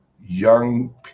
young